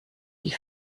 die